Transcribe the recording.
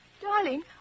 Darling